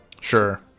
sure